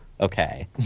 okay